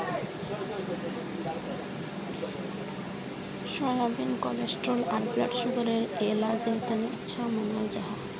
soybean cholesterol आर blood सुगरर इलाजेर तने अच्छा मानाल जाहा